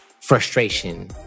frustration